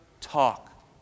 talk